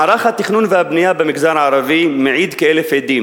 מערך התכנון והבנייה במגזר הערבי מעיד כאלף עדים